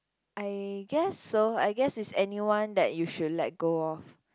I guess so I guess it's anyone that you should let go of